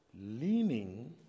leaning